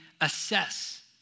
assess